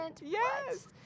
Yes